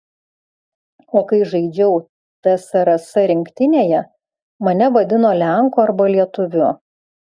o kai žaidžiau tsrs rinktinėje mane vadino lenku arba lietuviu